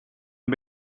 and